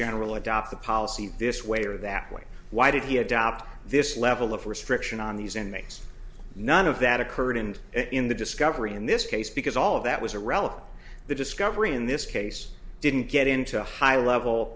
general adopt the policy this way or that way why did he adopt this level of restriction on these inmates none of that occurred and in the discovery in this case because all of that was irrelevant the discovery in this case didn't get into high level